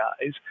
guys